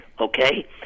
okay